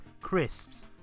crisps